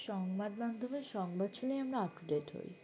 সংবাদ মাধ্যমে সংবাদ শুনেই আমরা আপ টু ডেট হই